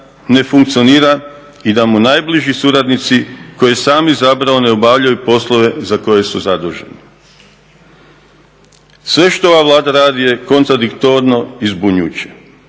ne funkcionira i da mu najbliži suradnici koje je sam izabrao ne obavljaju poslove za koje su zaduženi. Sve što ova Vlada radi je kontradiktorno i zbunjujuće.